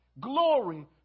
glory